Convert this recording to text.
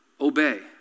Obey